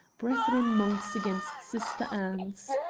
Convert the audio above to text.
brethren monks against sister ants.